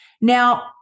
Now